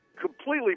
Completely